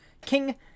King